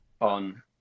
on